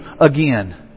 again